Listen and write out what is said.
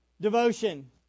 devotion